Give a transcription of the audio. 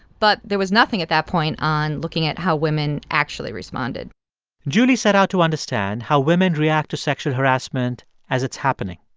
but there was nothing at that point on looking at how women actually responded julie set out to understand how women react to sexual harassment as it's happening.